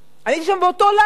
הייתי שם באותו לילה.